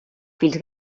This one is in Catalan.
fills